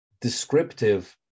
descriptive